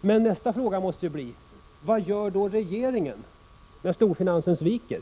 Nästa fråga måste bli: Vad gör regeringen när storfinansen sviker?